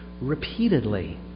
repeatedly